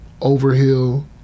Overhill